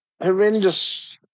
horrendous